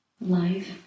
life